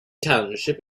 township